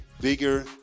bigger